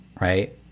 Right